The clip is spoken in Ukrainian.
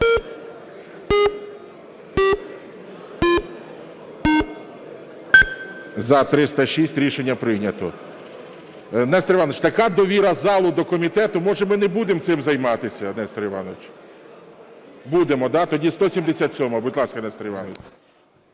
За-306 Рішення прийнято. Нестор Іванович, така довіра залу до комітету. Може, ми не будемо цим займатися, Нестор Іванович? Будемо, да? Тоді 177-а. Будь ласка, Нестор Іванович.